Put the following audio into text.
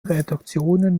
redaktionen